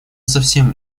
совсем